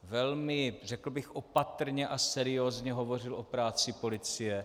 Velmi řekl bych opatrně a seriózně hovořil o práci policie.